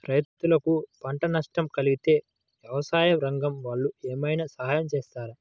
రైతులకు పంట నష్టం కలిగితే వ్యవసాయ రంగం వాళ్ళు ఏమైనా సహాయం చేస్తారా?